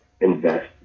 invest